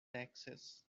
taxes